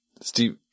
Steve